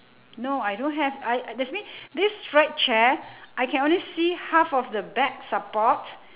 no I don't have I that's mean this stripe chair I can only see half of the back support